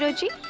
so jeet